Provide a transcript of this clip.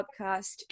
podcast